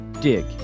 dig